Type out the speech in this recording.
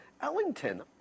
Ellington